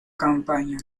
campaña